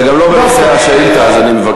טוב, זה גם לא בנושא השאילתה, אז אני מבקש.